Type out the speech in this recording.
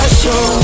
show